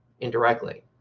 indirectly